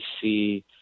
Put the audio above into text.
see